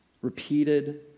repeated